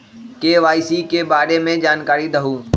KYC के बारे में जानकारी दहु?